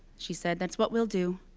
she said. that's what we'll do,